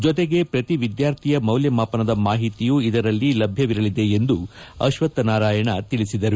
ಜೊತೆಗೆ ಪ್ರತಿ ವಿದ್ಯಾರ್ಥಿಯ ಮೌಲ್ಯಮಾಪನದ ಮಾಹಿತಿಯೂ ಇದರಲ್ಲಿ ಲಭ್ಯವಿರಲಿದೆ ಎಂದು ಅಶ್ವತ್ವನಾರಾಯಣ ಹೇಳಿದರು